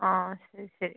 ആ ശരി ശരി